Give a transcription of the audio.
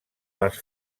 les